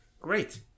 Great